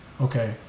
Okay